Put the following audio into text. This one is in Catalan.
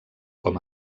com